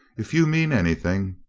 if you mean anything,